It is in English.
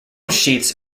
sheaths